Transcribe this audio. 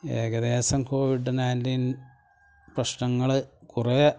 ഏകദേശം കോവിഡ് നയന്റിന് പ്രശ്നങ്ങൾ കുറെ